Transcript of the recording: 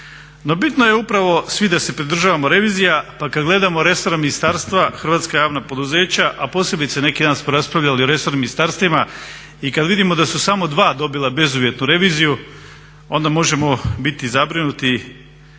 No bitno je upravo svi da se pridržavamo revizija pa kad gledamo resorna ministarstva, hrvatska javna poduzeća, a posebice neki dan smo raspravljali o resornim ministarstvima i kad vidimo da su samo dva dobila bezuvjetnu reviziju onda možemo biti zabrinuti